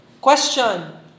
question